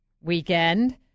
weekend